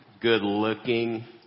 good-looking